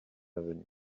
bienvenue